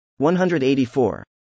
184